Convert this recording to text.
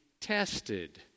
tested